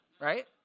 Right